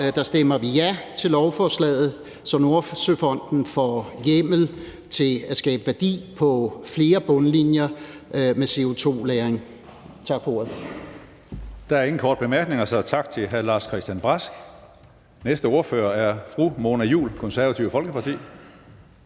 stemmer vi ja til lovforslaget, så Nordsøfonden får hjemmel til at skabe værdi på flere bundlinjer med CO2-lagring. Tak for ordet. Kl. 13:23 Tredje næstformand (Karsten Hønge): Der er ingen korte bemærkninger, så tak til hr. Lars-Christian Brask. Næste ordfører er fru Mona Juul, Konservative Folkeparti.